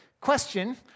Question